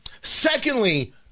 Secondly